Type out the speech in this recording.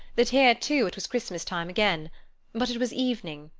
that here too it was christmas time again but it was evening,